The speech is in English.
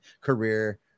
career